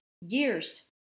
years